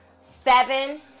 seven